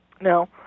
Now